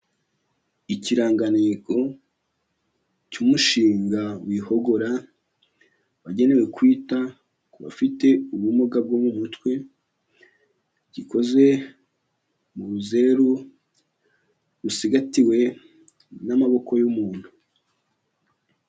Ikirangantego cy'umushinga Wihogora, wagenewe kwita ku bafite ubumuga bwo mu mutwe, gikoze mu ruzeru rusigatiwe n'amaboko y'umuntu.